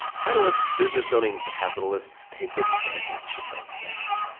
how do us business owning capitalists take advantage of that?